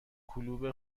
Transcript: کلوب